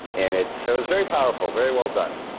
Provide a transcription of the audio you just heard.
and it's so it's very powerful, very well-done.